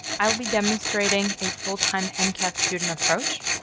i'll be demonstrating a full time mcat student approach,